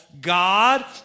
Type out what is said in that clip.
God